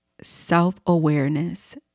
self-awareness